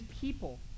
people